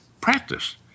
practice